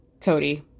cody